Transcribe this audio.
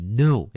no